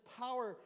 power